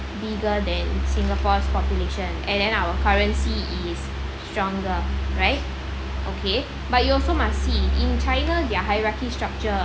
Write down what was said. bigger than singapore's population and then our currency is stronger right okay but you also must see in china their hierarchy structure3